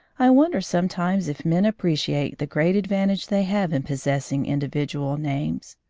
i wonder sometimes if men appreciate the great advantage they have in possessing individual names.